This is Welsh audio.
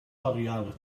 oriawr